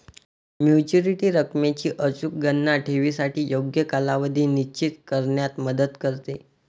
maturity रकमेची अचूक गणना ठेवीसाठी योग्य कालावधी निश्चित करण्यात मदत करते